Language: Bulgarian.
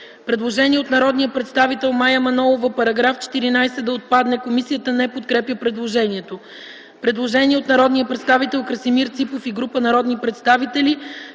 предложение от народния представител Мая Манолова -§ 14 да отпадне. Комисията не подкрепя предложението. Има предложение от народния представител Красимир Ципов и група народни представители.